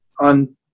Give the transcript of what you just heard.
on